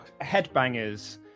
Headbangers